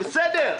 בסדר,